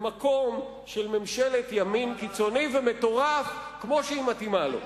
במקום של ממשלת ימין קיצוני ומטורף כמו שהיא מתאימה לו.